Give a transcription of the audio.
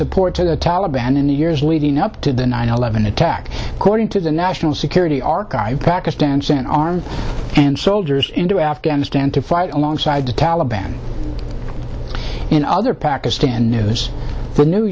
support to the taliban in the years leading up to the nine eleven attack according to the national security archive pakistan sent armed and soldiers into afghanistan to fight alongside the taliban in other pakistan news the new